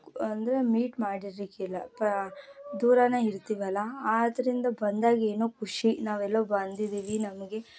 ಅಂದರೆ ಮೀಟ್ ಮಾಡಿರಲಿಕ್ಕಿಲ್ಲ ದೂರವೇ ಇರ್ತೀವಲ್ಲ ಆದ್ದರಿಂದ ಬಂದಾಗೇನೋ ಖುಷಿ ನಾವೆಲ್ಲ ಬಂದಿದ್ದೀವಿ ನಮಗೆ